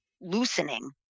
loosening